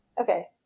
Okay